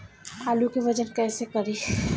आलू के वजन कैसे करी?